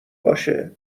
باشه